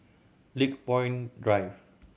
Lakepoint Drive